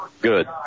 good